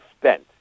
spent